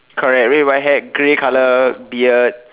correct red white hair grey colour beard